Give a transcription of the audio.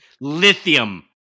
lithium